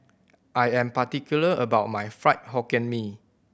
I am particular about my Fried Hokkien Mee